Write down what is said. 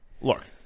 look